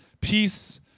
peace